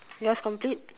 yours complete